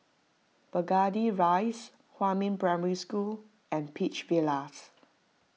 Burgundy Rise Huamin Primary School and Peach Villas